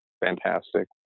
fantastic